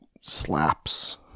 slaps